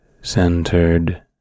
centered